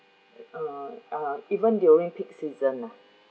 uh uh even during peak season lah